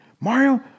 Mario